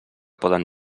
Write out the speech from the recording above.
poden